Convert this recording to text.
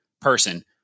person